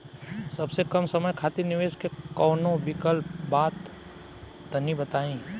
सबसे कम समय खातिर निवेश के कौनो विकल्प बा त तनि बताई?